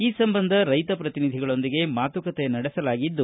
ಈ ಸಂಬಂಧ ರೈತ ಪ್ರತಿನಿಧಿಗಳೊಂದಿಗೆ ಮಾತುಕತೆ ನಡೆಸಲಾಗಿದ್ದು